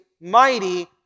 mighty